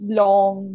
long